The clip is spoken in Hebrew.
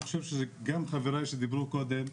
אני חושב שגם חבריי שדיברו קודם.